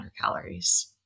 calories